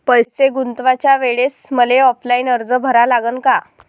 पैसे गुंतवाच्या वेळेसं मले ऑफलाईन अर्ज भरा लागन का?